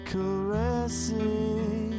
Caressing